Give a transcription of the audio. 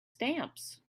stamps